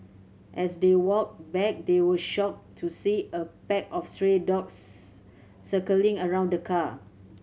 as they walked back they were shocked to see a pack of stray dogs circling around the car